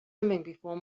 before